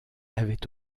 avaient